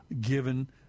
given